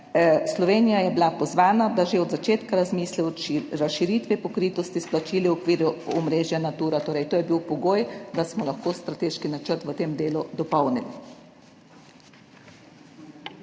Slovenija je bila pozvana, da že od začetka razmisli o razširitvi pokritosti s plačili v okviru omrežja Natura. Torej, to je bil pogoj, da smo lahko strateški načrt v tem delu dopolnili.